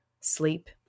sleep